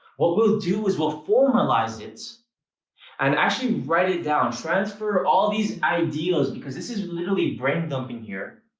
what we'll do is we'll formalize it and actually write it down. transfer all these ideas because this is literally brain dumping here.